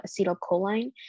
acetylcholine